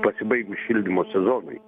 pasibaigus šildymo sezonui